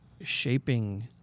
shaping